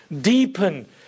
Deepen